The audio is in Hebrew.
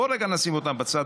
בואו רגע נשים אותם בצד,